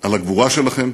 על הגבורה שלכם,